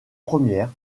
premières